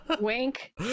Wink